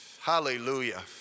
Hallelujah